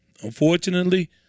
Unfortunately